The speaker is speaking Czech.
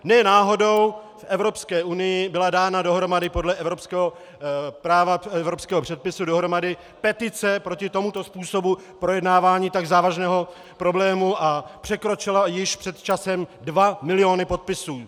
Ne náhodou v Evropské unii byla dána dohromady podle evropského práva, podle evropského předpisu dohromady petice proti tomuto způsobu projednávání tak závažného problému a překročila již před časem dva miliony podpisů.